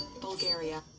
Bulgaria